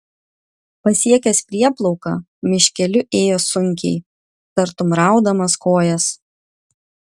pasiekęs prieplauką miškeliu ėjo sunkiai tartum raudamas kojas